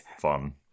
fun